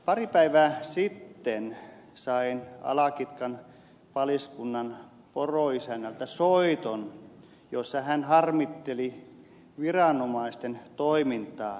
pari päivää sitten sain alakitkan paliskunnan poroisännältä soiton jossa hän harmitteli viranomaisten toimintaa tässä tilanteessa